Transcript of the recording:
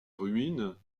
ruines